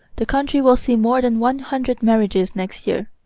the country will see more than one hundred marriages next year.